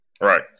Right